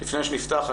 לפני שנפתח,